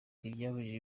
ntibyabujije